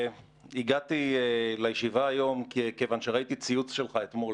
הגעתי לישיבה היום כיוון שראיתי ציוץ שלך אתמול